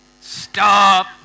stop